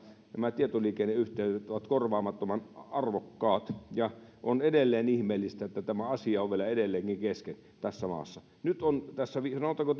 nämä tietoliikenneyhteydet ovat korvaamattoman arvokkaat ja on edelleen ihmeellistä että tämä asia on vielä edelleenkin kesken tässä maassa sanotaanko että tämä on